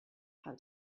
how